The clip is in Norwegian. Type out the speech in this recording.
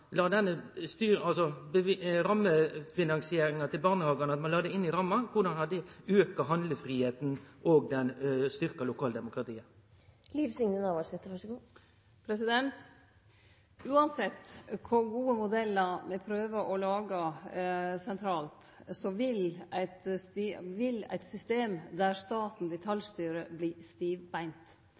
la finansieringa til barnehagane inn i ramma, har auka handlefridomen og styrkt lokaldemokratiet. Uansett kor gode modellar me prøver å lage sentralt, vil eit system der staten detaljstyrer, verte stivbeint.